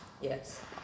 Yes